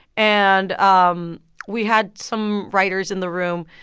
and um we had some writers in the room.